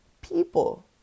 people